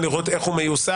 זאת אומרת, אני כן הייתי חושב